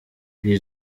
iri